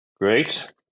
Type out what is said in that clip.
Great